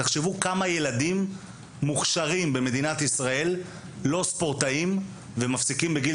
תחשבו כמה ילדים מוכשרים במדינת ישראל לא ספורטאים ומפסיקים בגיל